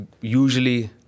usually